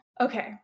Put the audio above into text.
Okay